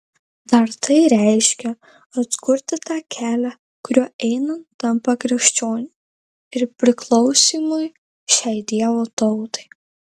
dar tai reiškia atkurti tą kelią kuriuo einant tampa krikščioniu ir priklausymui šiai dievo tautai